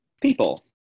People